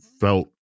felt